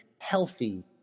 healthy